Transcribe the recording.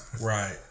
Right